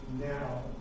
now